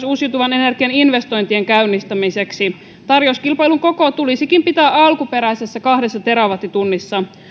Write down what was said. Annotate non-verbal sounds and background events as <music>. <unintelligible> uusiutuvan energian investointien käynnistämiseksi tarjouskilpailun koko tulisikin pitää alkuperäisessä kahdessa terawattitunnissa